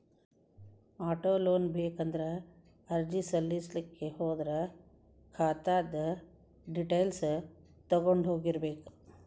auto loan ಬೇಕಂದ್ರ ಅರ್ಜಿ ಸಲ್ಲಸ್ಲಿಕ್ಕೆ ಹೋದ್ರ ಖಾತಾದ್ದ್ ಡಿಟೈಲ್ಸ್ ತಗೊಂಢೊಗಿರ್ಬೇಕ್